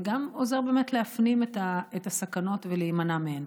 וגם עוזר באמת להפנים את הסכנות ולהימנע מהן.